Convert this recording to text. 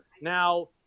Now